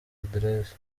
address